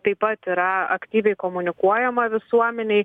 taip pat yra aktyviai komunikuojama visuomenei